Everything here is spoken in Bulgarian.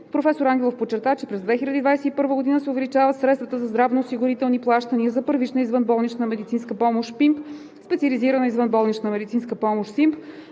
Професор Ангелов подчерта, че през 2021 г. се увеличават средствата за здравноосигурителни плащания за първична извънболнична медицинска помощ (ПИМП), специализирана извънболнична медицинска помощ (СИМП),